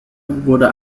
wurde